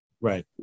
Right